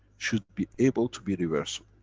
should be able to be reversible.